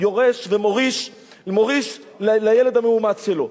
יורש ומוריש לילד המאומץ שלו.